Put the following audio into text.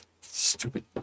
Stupid